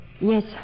Yes